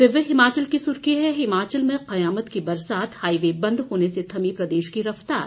दिव्य हिमाचल की सुर्खी है हिमाचल में कयामत की बरसात हाई वे बंद होने से थमी प्रदेश की रफ्तार